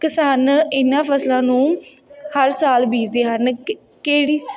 ਕਿਸਾਨ ਇਹਨਾਂ ਫਸਲਾਂ ਨੂੰ ਹਰ ਸਾਲ ਬੀਜਦੇ ਹਨ ਕਿਹੜੀ